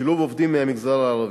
שילוב עובדים מהמגזר הערבי.